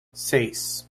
seis